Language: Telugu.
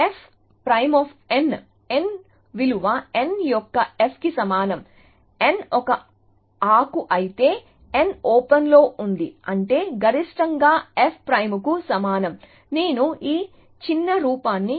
f' n విలువ n యొక్క f కి సమానం n ఒక ఆకు అయితే n ఓపెన్లో ఉంది అంటే గరిష్టంగా f' కు సమానం నేను ఈ చిన్న రూపాన్ని ఉపయోగిస్తాను